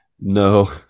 No